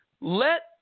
Let